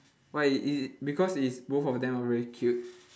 why i~ i~ because it's both of them are very cute